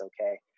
okay